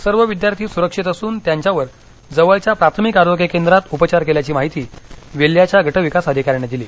सर्व विद्यार्थी सुरक्षित असून त्यांच्यावर जवळच्या प्राथमिक आरोग्य केंद्रात उपचार केल्याची माहिती वेल्ह्याच्या गटविकास अधिकाऱ्यांनी दिली